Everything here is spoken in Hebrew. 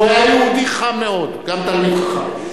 הוא היה יהודי חם, גם תלמיד חכם.